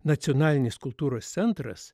nacionalinis kultūros centras